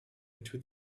into